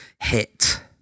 hit